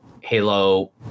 Halo